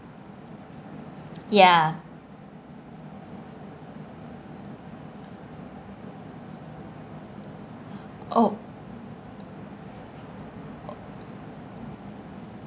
ya oh